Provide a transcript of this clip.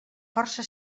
força